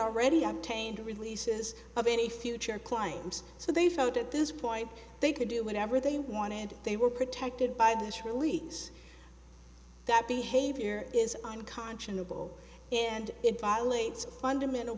already obtained releases of any future climbs so they felt that this point they could do whatever they wanted and they were protected by this release that behavior is unconscionable and it violates fundamental